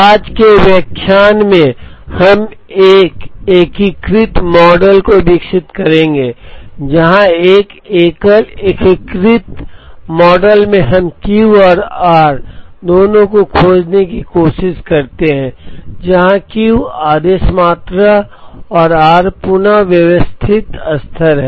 आज के व्याख्यान में हम एक एकीकृत मॉडल विकसित करेंगे जहां एक एकल एकीकृत मॉडल में हम Q और r दोनों को खोजने की कोशिश करते हैं जहां Q आदेश मात्रा है और R पुन व्यवस्थित स्तर है